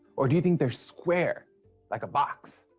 or do you think they're square like a box?